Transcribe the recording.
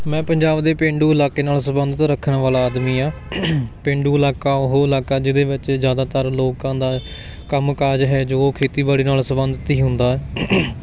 ਮੈਂ ਪੰਜਾਬ ਦੇ ਪੇਂਡੂ ਇਲਾਕੇ ਨਾਲ ਸੰਬੰਧਿਤ ਰੱਖਣ ਵਾਲਾ ਆਦਮੀ ਆ ਪੇਂਡੂ ਇਲਾਕਾ ਉਹ ਇਲਾਕਾ ਜਿਹਦੇ ਵਿੱਚ ਜ਼ਿਆਦਾਤਰ ਲੋਕਾਂ ਦਾ ਕੰਮ ਕਾਜ ਹੈ ਜੋ ਉਹ ਖੇਤੀਬਾੜੀ ਨਾਲ ਸੰਬੰਧਿਤ ਹੀ ਹੁੰਦਾ ਹੈ